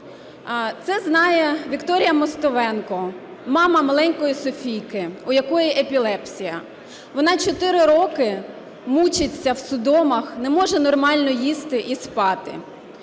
Це знає Вікторія Мостовенко, мама маленької Софійки, у якої епілепсія. Вона 4 роки мучиться в судомах, не може нормально їсти і спати.